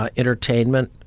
ah entertainment,